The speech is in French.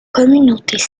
communautés